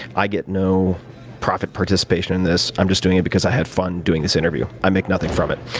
i get no profit participation in this. i'm just doing it because i had fun doing this interview. i make nothing from it.